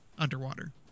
underwater